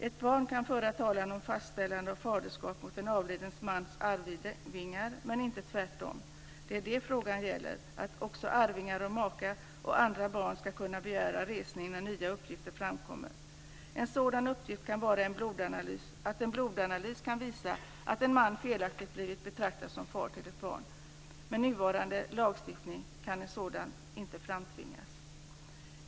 Ett barn kan föra talan om fastställande av faderskap mot en avliden mans arvingar, men inte tvärt om. Vad frågan gäller är att också arvingar, maka och andra barn, ska kunna begära resning när nya uppgifter framkommer. En sådan uppgift kan vara att en blodanalys kan visa att en man felaktigt blivit betraktad som far till ett barn. Med nuvarande lagstiftning kan inte en sådan framtvingas.